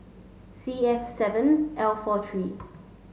C F seven L four three